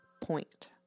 point